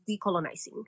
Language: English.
decolonizing